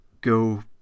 go